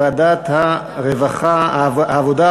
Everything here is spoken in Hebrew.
לוועדת העבודה,